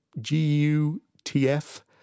G-U-T-F